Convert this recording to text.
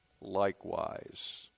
likewise